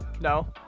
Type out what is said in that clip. No